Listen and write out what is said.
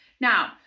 Now